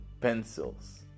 pencils